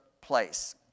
place